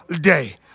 day